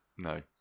No